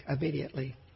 immediately